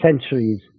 centuries